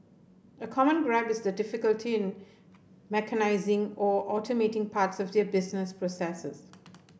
a common gripe is the difficulty in mechanising or automating parts of their business processes